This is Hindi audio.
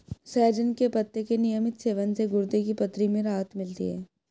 सहजन के पत्ते के नियमित सेवन से गुर्दे की पथरी में राहत मिलती है